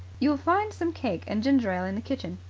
you'll find some cake and ginger-ale in the kitchen,